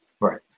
Right